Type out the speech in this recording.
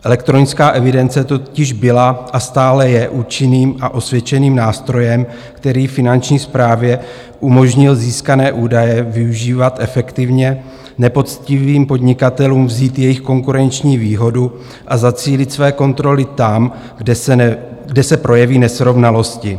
Elektronická evidence tržeb totiž byla a stále je účinným a osvědčeným nástrojem, který Finanční správě umožnil získané údaje využívat efektivně, nepoctivým podnikatelům vzít jejich konkurenční výhodu a zacílit své kontroly tam, kde se projeví nesrovnalosti.